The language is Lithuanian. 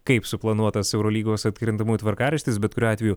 kaip suplanuotas eurolygos atkrintamųjų tvarkaraštis bet kuriuo atveju